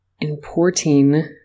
importing